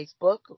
Facebook